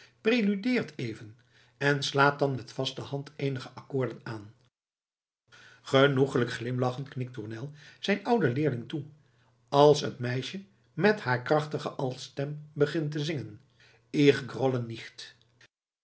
preludeert even en slaat dan met vaste hand eenige akkoorden aan genoeglijk glimlachend knikt tournel zijn ouden leerling toe als het meisje met haar krachtige altstem begint te zingen